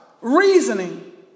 reasoning